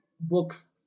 books